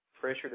Pressure